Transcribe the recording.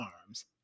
arms